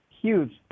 huge